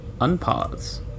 unpause